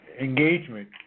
engagement